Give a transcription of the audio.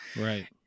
Right